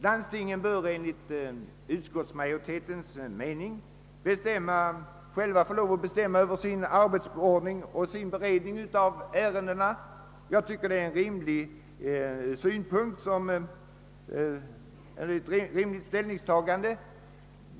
Landstingen bör enligt utskottsmajoritetens mening själva få bestämma över sin arbetsordning och sin beredning av ärendena. Jag finner detta vara ett rimligt ställningstagande.